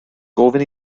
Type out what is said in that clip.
gofyn